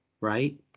right